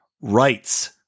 rights